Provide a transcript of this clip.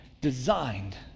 designed